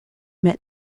meets